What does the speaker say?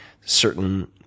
certain